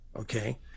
Okay